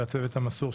לצוות המסור,